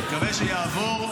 סיפוח, הבנו.